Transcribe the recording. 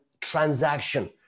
transaction